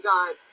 God